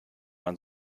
man